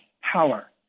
power